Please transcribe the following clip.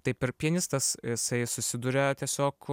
taip ir pianistas jisai susiduria tiesiog